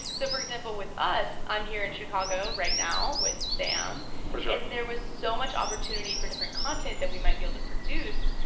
so for example, with us, i'm here in chicago right now with sam. for sure. and there was so much opportunity for different content that we might be able to produce,